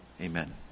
Amen